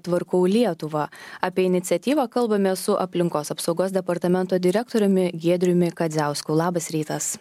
tvarkau lietuvą apie iniciatyvą kalbamės su aplinkos apsaugos departamento direktoriumi giedriumi kadziausku labas rytas